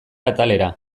atalera